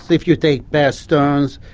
if you take bear stearns,